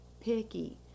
picky